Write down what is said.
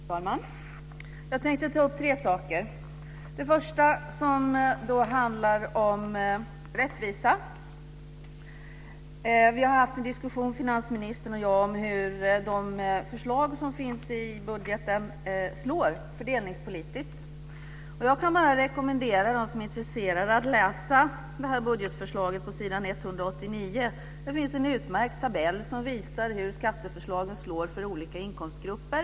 Fru talman! Jag tänkte ta upp tre saker. Det första handlar om rättvisa. Finansministern och jag har haft en diskussion om hur de förslag som finns i budgeten slår fördelningspolitiskt. Jag kan bara rekommendera dem som är intresserade att läsa budgetförslaget på s. 189. Där finns en utmärkt tabell som visar hur skatteförslagen slår för olika inkomstgrupper.